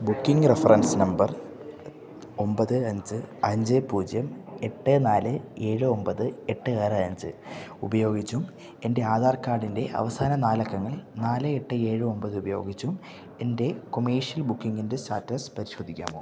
booking reference number ഒമ്പത് അഞ്ച് അഞ്ച് പൂജ്യം എട്ട് നാല് ഏഴ് ഒമ്പത് എട്ട് ആറ് അഞ്ച് ഉപയോഗിച്ചും എൻ്റെ ആധാർ കാർഡിൻ്റെ അവസാന നാല് അക്കങ്ങൾ നാല് എട്ട് ഏഴ് ഒമ്പത് ഉപയോഗിച്ചും എൻ്റെ കൊമേർഷ്യൽ ബുക്കിംഗിൻ്റെ സ്റ്റാറ്റസ് പരിശോധിക്കാമോ